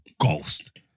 ghost